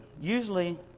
usually